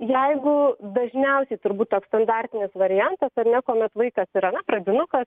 jeigu dažniausiai turbūt toks standartinis variantas ar ne kuomet vaikas yra na pradinukas